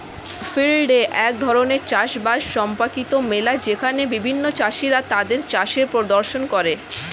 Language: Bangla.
ফিল্ড ডে এক ধরণের চাষ বাস সম্পর্কিত মেলা যেখানে বিভিন্ন চাষীরা তাদের চাষের প্রদর্শন করে